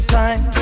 time